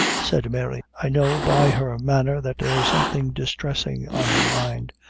said mary i know by her manner that there's something distressing on her mind.